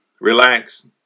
Relax